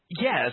Yes